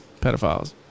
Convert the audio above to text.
pedophiles